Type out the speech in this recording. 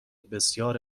بسیار